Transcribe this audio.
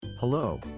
Hello